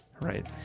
Right